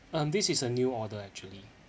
um this is a new order actually